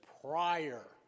prior